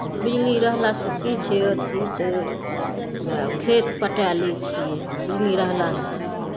बिजली रहलासँ की छै अथी तऽ उएह खेत पटाए लैत छियै बिजली रहलासँ